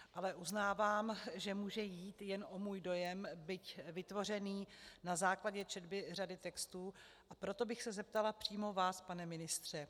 Ale uznávám, že může jít jen o můj dojem, byť vytvořený na základě četby řady textů, a proto bych se zeptala přímo vás, pane ministře.